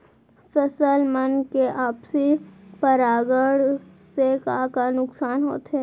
फसल मन के आपसी परागण से का का नुकसान होथे?